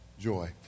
Joy